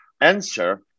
answer